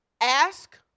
Ask